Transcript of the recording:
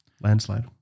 Landslide